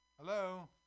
Hello